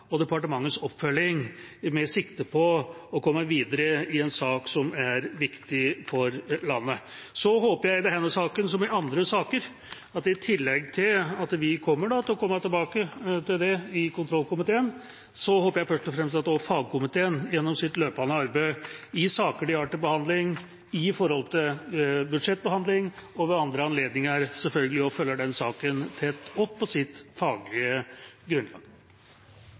og departementets oppfølging, med sikte på å komme videre i en sak som er viktig for landet. Så håper jeg i denne saken som i andre saker – i tillegg til at vi kommer til å komme tilbake til det i kontrollkomiteen – først og fremst at fagkomiteen gjennom sitt løpende arbeid i saker de har til behandling, gjennom budsjettbehandling og ved andre anledninger, selvfølgelig også følger den saken tett opp, på sitt faglige grunnlag.